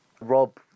Rob